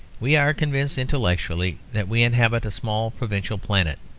we are convinced intellectually that we inhabit a small provincial planet,